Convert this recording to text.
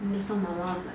mister marah was like